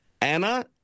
Anna